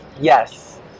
Yes